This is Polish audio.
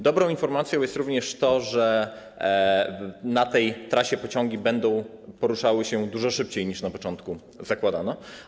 Dobrą informacją jest również to, że na tej trasie pociągi będą poruszały się dużo szybciej, niż na początku zakładano.